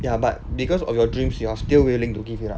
ya but because of your dreams you are still willing to give it up